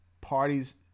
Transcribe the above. parties